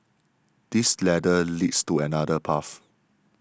this ladder leads to another path